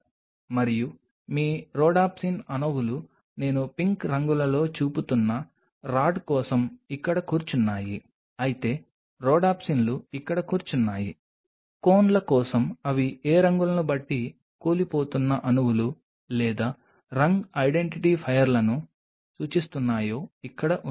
మరియు మీ రోడాప్సిన్ అణువులు నేను పింక్ రంగులలో చూపుతున్న రాడ్ కోసం ఇక్కడ కూర్చున్నాయి అయితే రోడాప్సిన్లు ఇక్కడ కూర్చున్నాయి కోన్ల కోసం అవి ఏ రంగులను బట్టి కూలిపోతున్న అణువులు లేదా రంగు ఐడెంటిఫైయర్లను సూచిస్తున్నాయో ఇక్కడ ఉన్నాయి